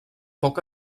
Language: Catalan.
poc